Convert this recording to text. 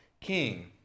king